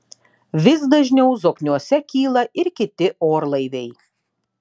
vis dažniau zokniuose kyla ir kiti orlaiviai